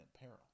peril